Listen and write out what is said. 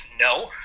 No